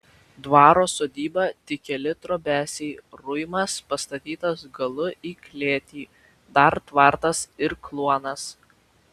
dvaro sodyba tik keli trobesiai ruimas pastatytas galu į klėtį dar tvartas ir kluonas